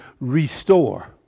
restore